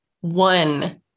one